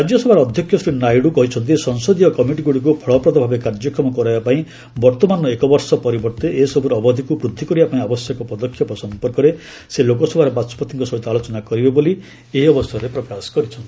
ରାଜ୍ୟସଭାର ଅଧ୍ୟକ୍ଷ ଶ୍ରୀ ନାଇଡ଼ୁ କହିଛନ୍ତି ସଂସଦୀୟ କମିଟିଗୁଡ଼ିକୁ ଫଳପ୍ରଦ ଭାବେ କାର୍ଯ୍ୟକ୍ଷମ କରାଇବା ପାଇଁ ବର୍ତ୍ତମାନର ଏକ ବର୍ଷ ପରିବର୍ତ୍ତେ ଏସବୂର ଅବଧିକୁ ବୃଦ୍ଧି କରିବା ପାଇଁ ଆବଶ୍ୟକ ପଦକ୍ଷେପ ସମ୍ପର୍କରେ ସେ ଲୋକସଭାର ବାଚସ୍ୱତିଙ୍କ ସହିତ ଆଲୋଚନା କରିବେ ବୋଲି ଏହି ଅବସରରେ ପ୍ରକାଶ କରିଛନ୍ତି